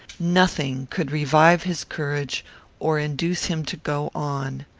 nothing could revive his courage or induce him to go on.